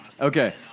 Okay